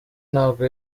ntabwo